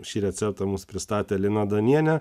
šį receptą mums pristatė lina danienė